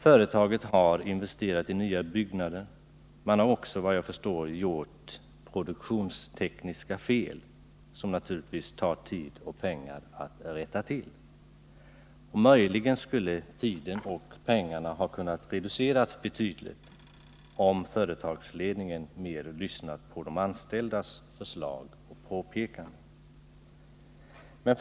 Företaget har investerat i nya byggnader, man har, vad jag förstår, också gjort produktionstekniska fel, som naturligtvis kostar tid och pengar att rätta till. Möjligen skulle tiden och kostnaderna ha kunnat reduceras betydligt, om företagsledningen mer hade lyssnat på de anställdas förslag och påpekanden.